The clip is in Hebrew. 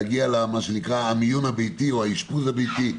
להגיע למיון הביתי או האשפוז הביתי,